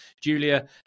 Julia